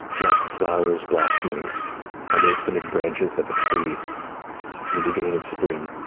like flowers blossoming on the extended branches of a tree in the beginning of spring,